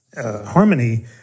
harmony